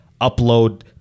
upload